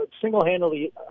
single-handedly